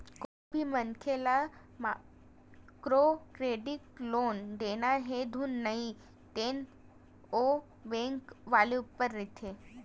कोनो भी मनखे ल माइक्रो क्रेडिट लोन देना हे धुन नइ ते ओ बेंक वाले ऊपर रहिथे